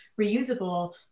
reusable